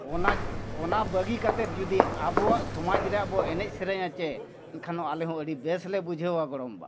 ᱚᱱᱟ ᱚᱱᱟ ᱵᱟᱹᱜᱤ ᱠᱟᱛᱮᱫ ᱡᱩᱫᱤ ᱟᱵᱚᱣᱟᱜ ᱥᱚᱢᱟᱡᱽ ᱨᱮᱭᱟᱜᱵᱚ ᱮᱱᱮᱡᱼᱥᱮᱨᱮᱧᱟ ᱪᱮ ᱮᱱᱠᱷᱟᱱ ᱫᱚ ᱟᱞᱮᱦᱚᱸ ᱟᱹᱰᱤ ᱵᱮᱥᱞᱮ ᱵᱩᱡᱷᱟᱹᱣᱟ ᱜᱚᱲᱚᱢᱵᱟ